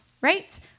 right